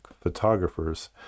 photographers